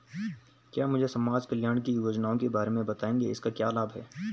क्या मुझे समाज कल्याण की योजनाओं के बारे में बताएँगे इसके क्या लाभ हैं?